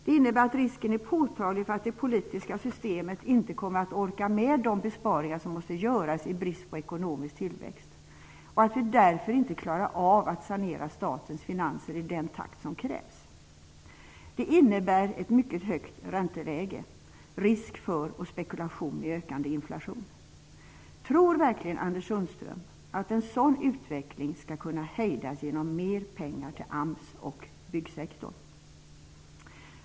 Det innebär att risken är påtaglig för att det politiska systemet inte kommer att orka med de besparingar som måste göras i brist på ekonomisk tillväxt och att vi därför inte klarar av att sanera statens finanser i den takt som krävs. Det i sin tur innebär ett mycket högt ränteläge, dvs. risk för och spekulation i ökande inflation. Tror verkligen Anders Sundström att en sådan utveckling skall kunna hejdas med hjälp av mer pengar till AMS och byggsektorn?